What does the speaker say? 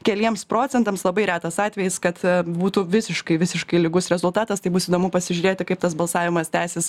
keliems procentams labai retas atvejis kad būtų visiškai visiškai lygus rezultatas tai bus įdomu pasižiūrėti kaip tas balsavimas tęsis